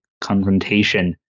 confrontation